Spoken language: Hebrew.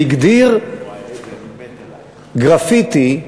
והגדיר גרפיטי,